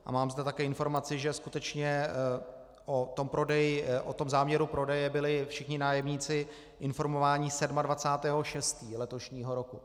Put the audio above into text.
A mám zde také informaci, že skutečně o tom prodeji, o tom záměru prodeje byli všichni nájemníci informováni 27. 6. letošního roku.